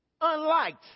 unliked